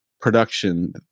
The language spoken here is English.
production